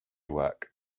work